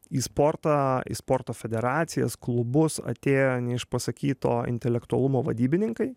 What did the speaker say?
į sportą į sporto federacijas klubus atėjo neišpasakyto intelektualumo vadybininkai